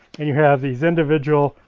and you have these individual,